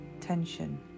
tension